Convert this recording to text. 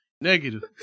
negative